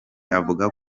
avuga